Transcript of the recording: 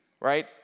right